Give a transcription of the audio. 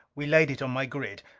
we laid it on my grid,